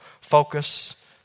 focus